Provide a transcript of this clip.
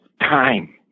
time